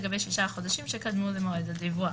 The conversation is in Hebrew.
לגבי ששת החודשים שקדמו למועד הדיווח: